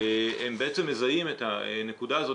הם בעצם מזהים את הנקודה הזאת,